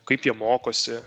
kaip jie mokosi